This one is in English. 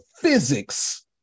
physics